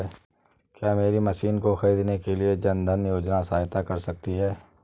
क्या मेरी मशीन को ख़रीदने के लिए जन धन योजना सहायता कर सकती है?